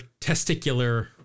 testicular